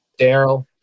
daryl